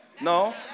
no